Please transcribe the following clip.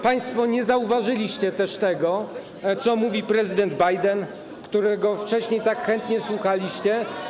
Państwo nie zauważyliście też tego, co mówi prezydent Biden, którego wcześniej tak chętnie słuchaliście.